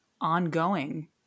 ongoing